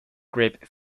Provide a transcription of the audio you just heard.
grip